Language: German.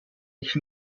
ich